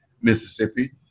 Mississippi